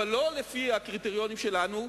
אבל לא לפי הקריטריונים שלנו,